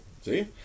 see